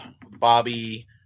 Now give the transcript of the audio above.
Bobby